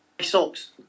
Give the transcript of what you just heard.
socks